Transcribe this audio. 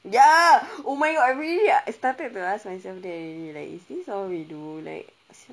ya oh my god I really started to ask myself that like is this all we do like